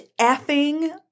effing